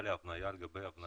זה נראה לי הבנייה על גבי הבנייה.